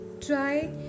try